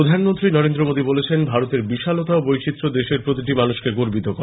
প্রধানমন্ত্রী নরেন্দ্র মোদী বলেছেন ভারতের বিশালতা ও বৈচিত্র্য দেশের প্রতিটি মানুষকে গর্বিত করে